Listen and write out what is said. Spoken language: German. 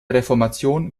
reformation